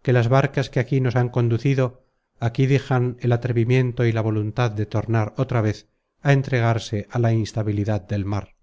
que las barcas que aquí nos han conducido aquí dejan el atrevimiento y la voluntad de tornar otra vez á entregarse á la instabilidad del mar